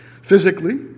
physically